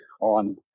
on